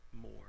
more